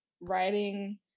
writing